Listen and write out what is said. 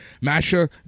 Masha